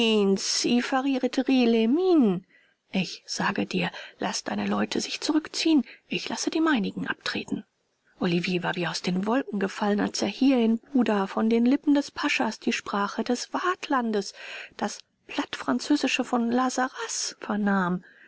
ich sage dir laß deine leute sich zurückziehen ich lasse die meinigen abtreten olivier war wie aus den wolken gefallen als er hier in buda von den lippen des paschas die sprache des waadtlandes das plattfranzösische von la sarraz